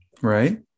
Right